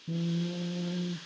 mm